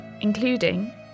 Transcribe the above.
including